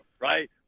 right